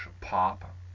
Pop